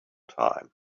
time